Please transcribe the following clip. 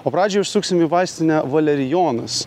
o pradžiai užsuksim į vaistinę valerijonas